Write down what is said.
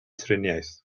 triniaeth